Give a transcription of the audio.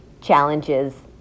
challenges